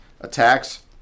attacks